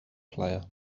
player